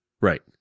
Right